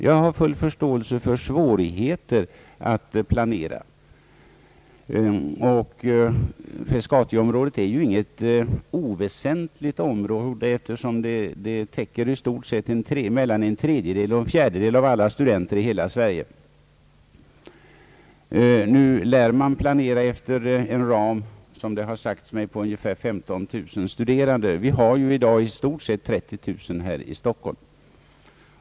Jag har full förståelse för att svårigheter kan föreligga när det gäller att planera, och Frescatiområdet är ju inget oväsentligt område, eftersom det avses för i stort sett mellan en tredjedel och en fjärdedel av alla studenter i hela Sverige. Nu lär man planera efter en ram, har det sagts mig, på ungefär 15 000 studerande. Vi har i dag närmare 30 000 studerande här i Stockholm.